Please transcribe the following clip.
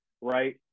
right